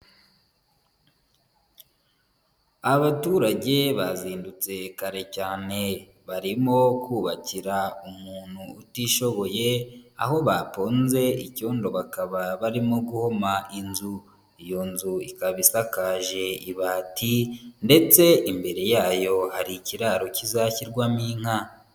Abaturage bazindutse kare cyane, barimo kubakira umuntu utishoboye, aho baponze icyondo bakaba barimo guhoma inzu. Iyo nzu ikaba isakaje ibati, ndetse imbere yayo hari ikiraro kizashyirwamo inka